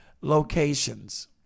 locations